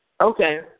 Okay